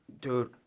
Dude